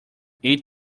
eight